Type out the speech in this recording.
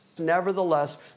nevertheless